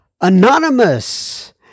Anonymous